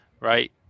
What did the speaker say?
Right